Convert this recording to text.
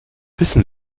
wissen